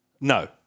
No